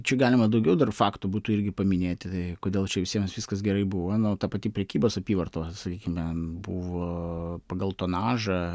čia galima daugiau faktų būtų irgi paminėti kodėl čia visiems viskas gerai buvo nu ta pati prekybos apyvarta sakykime buvo pagal tonažą